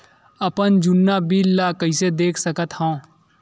अपन जुन्ना बिल ला कइसे देख सकत हाव?